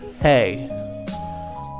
hey